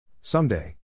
Someday